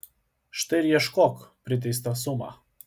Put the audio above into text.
štai ir išieškok priteistą sumą